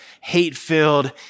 hate-filled